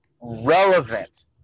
relevant